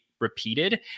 repeated